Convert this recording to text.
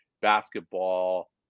basketball